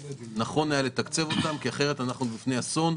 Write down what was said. נכון לתקצב את ערי החוף כי אנחנו לפני אסון.